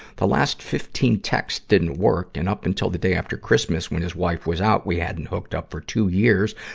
the last fifteen texts didn't work, and up until the day after christmas when his wife was out, we hadn't hooked up for two years.